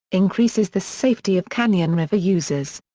increases the safety of canyon river users.